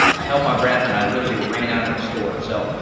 i held my breath and i literally ran out of the store. so,